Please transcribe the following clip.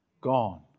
gone